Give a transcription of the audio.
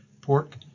pork